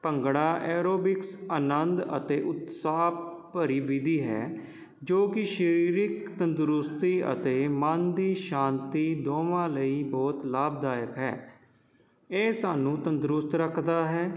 bhangra aerobics ਆਨੰਦ ਅਤੇ ਉਤਸਾਹ ਭਰੀ ਵਿਧੀ ਹੈ ਜੋ ਕਿ ਸਰੀਰਕ ਤੰਦਰੁਸਤੀ ਅਤੇ ਮਨ ਦੀ ਸ਼ਾਂਤੀ ਦੋਵਾਂ ਲਈ ਬਹੁਤ ਲਾਭਦਾਇਕ ਹੈ ਇਹ ਸਾਨੂੰ ਤੰਦਰੁਸਤ ਰੱਖਦਾ ਹੈ